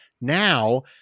Now